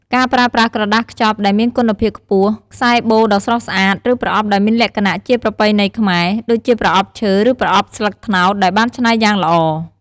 ការប្រើប្រាស់ក្រដាសខ្ចប់ដែលមានគុណភាពខ្ពស់ ខ្សែបូដ៏ស្រស់ស្អាត ឬប្រអប់ដែលមានលក្ខណៈជាប្រពៃណីខ្មែរ (ដូចជាប្រអប់ឈើ ឬប្រអប់ស្លឹកត្នោតដែលបានច្នៃយ៉ាងល្អ)។